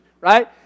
right